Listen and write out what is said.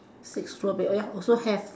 six strawber~ ya also have